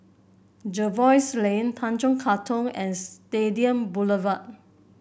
Jervois Lane Tanjong Katong and Stadium Boulevard